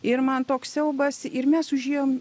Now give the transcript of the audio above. ir man toks siaubas ir mes užėjom